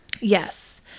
Yes